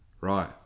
right